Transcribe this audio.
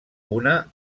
una